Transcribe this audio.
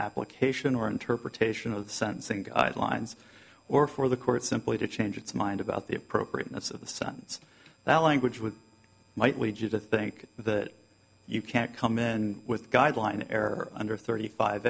application or interpretation of the sentencing guidelines or for the court simply to change its mind about the appropriateness of the sons that language with might lead you to think that you can't come in with guideline air under thirty five